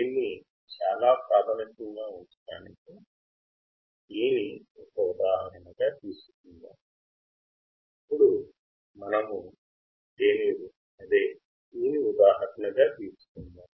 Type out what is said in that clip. దీన్ని చాలా ప్రాథమికంగా ఉంచడానికి టీ ని ఒక ఉదాహరణగా తీసుకుందాం